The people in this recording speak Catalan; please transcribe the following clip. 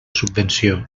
subvenció